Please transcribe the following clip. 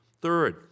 Third